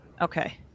Okay